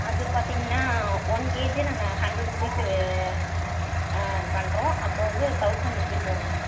அது பார்த்தீங்கன்னா one KG நாங்கள் ஹண்ட்ரட் ரூபீஸ் பண்ணுறோம் அப்போது வந்து தௌசண்ட் ரூபீஸ் வரும் மேம்